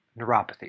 neuropathy